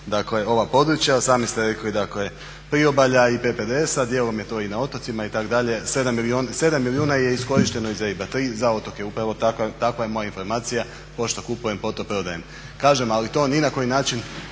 dakle ova područja, a sami ste rekli dakle priobalja i PPDS-a, djelom je to i na otocima itd. 7 milijuna je iskorišteno iz EIB-a 3 za otoke. Upravo takva je moja informacija, pošto kupujemo, poto prodajem. Kažem ali to ni na koji način